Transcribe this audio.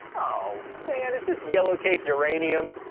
oh, stan is this yellow cake uranium?